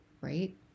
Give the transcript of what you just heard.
right